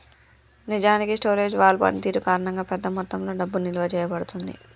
నిజానికి స్టోరేజ్ వాల్ పనితీరు కారణంగా పెద్ద మొత్తంలో డబ్బు నిలువ చేయబడుతుంది